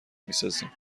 میسازیم